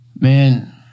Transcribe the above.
man